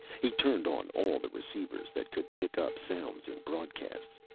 he turned on all the receivers that could pick up sounds and broadcasts.